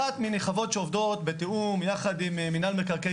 אחת מן החוות שעובדות בתיאום יחד עם מינהל מקרקעי